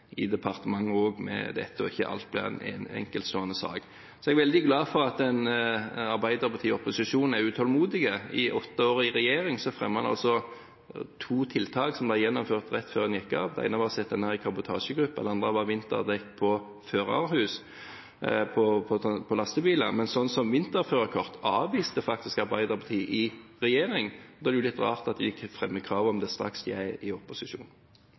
i departementet med dette og ikke alt blir en enkeltstående sak. Jeg er veldig glad for at Arbeiderpartiet i opposisjon er utålmodig. I åtte år i regjering fremmet en to tiltak som ble gjennomført rett før en gikk av. Det ene var å sette ned en kabotasjegruppe, det andre var vinterdekk på førerhus på lastebiler. Vinterførerkort avviste faktisk Arbeiderpartiet i regjering. Da er det litt rart at de fremmer krav om det straks de er i opposisjon.